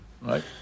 Right